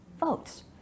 votes